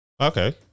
okay